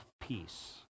peace